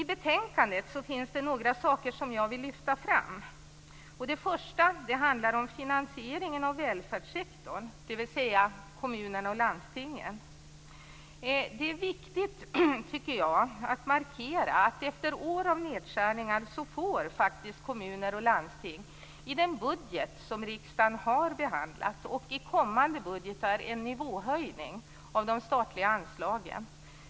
I betänkandet finns några saker som jag vill lyfta fram. Det första handlar om finansieringen av välfärdssektorn, dvs. kommuner och landsting. Det är viktigt att markera att kommuner och landsting efter år av nedskärningar får i den budget som riksdagen har behandlat och i kommande budgetar en nivåhöjning av de statliga anslagen.